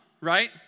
Right